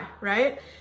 right